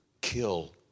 kill